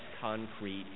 concrete